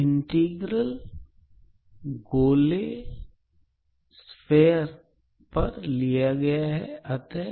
इस इंटीग्रल को गोले पर लिया गया है अतः